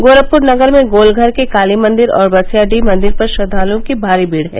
गोरखपुर नगर में गोलघर के कालीमंदिर और बसियाडीह मंदिर पर श्रद्वालुओं की भारी भीड़ है